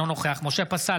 אינו נוכח משה פסל,